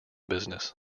business